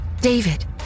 David